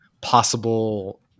possible